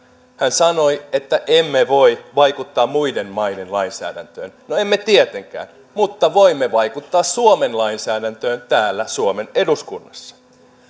sanoi että emme voi vaikuttaa muiden maiden lainsäädäntöön no emme tietenkään mutta voimme vaikuttaa suomen lainsäädäntöön täällä suomen eduskunnassa